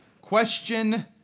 question